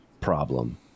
problem